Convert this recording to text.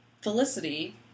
Felicity